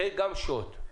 זה גם שוט.